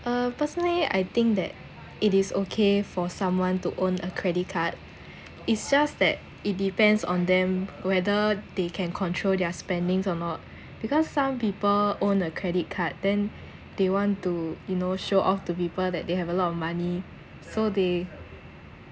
um personally I think that it is okay for someone to own a credit card is just that it depends on them whether they can control their spendings or not because some people own a credit card then they want to you know show off to people that they have a lot of money so they